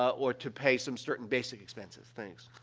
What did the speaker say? or to pay some certain basic expenses. thanks.